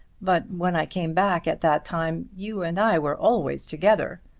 but when i came back at that time you and i were always together.